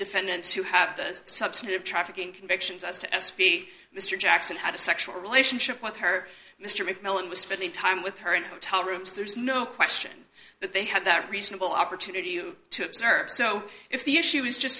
defendants who have substantive trafficking convictions as to s p mr jackson had a sexual relationship with her mr mcmillan was spending time with her in hotel rooms there's no question that they had that reasonable opportunity you to observe so if the issue is just